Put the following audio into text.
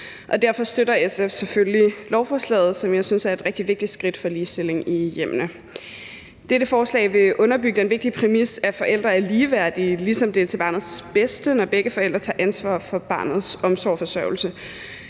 derfor støtter SF selvfølgelig lovforslaget, som jeg synes er et rigtig vigtigt skridt for ligestillingen i hjemmene. Dette forslag vil underbygge den vigtige præmis, at forældre er ligeværdige, ligesom det er til barnets bedste, når begge forældre tager ansvar for barnets omsorg og forsørgelse.